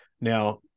Now